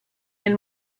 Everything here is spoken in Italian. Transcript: nel